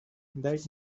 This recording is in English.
that